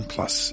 Plus